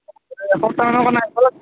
এসপ্তাহমানৰ কাৰণে আহব লাগব